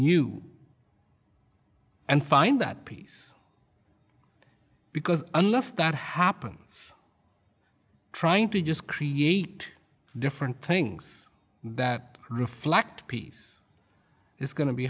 new and find that peace because unless that happens trying to just create different things that reflect peace is go